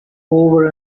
over